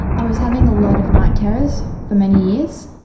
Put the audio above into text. i was having a lot of night terrors for many years.